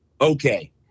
okay